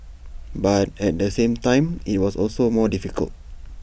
but at the same time IT was also more difficult